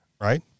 right